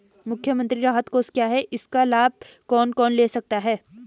मुख्यमंत्री राहत कोष क्या है इसका लाभ कौन कौन ले सकता है?